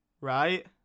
Right